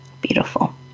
Beautiful